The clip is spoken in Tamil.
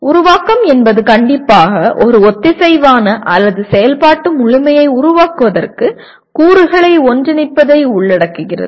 உருவாக்கம் என்பது கண்டிப்பாக ஒரு ஒத்திசைவான அல்லது செயல்பாட்டு முழுமையை உருவாக்குவதற்கு கூறுகளை ஒன்றிணைப்பதை உள்ளடக்குகிறது